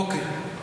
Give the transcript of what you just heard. אוקיי.